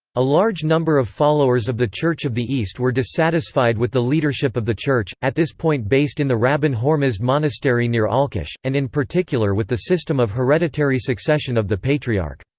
a large number of followers of the church of the east were dissatisfied with the leadership of the church, at this point based in the rabban hormizd monastery near alqosh, and in particular with the system of hereditary succession of the patriarch.